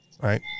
right